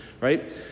Right